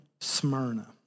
smyrna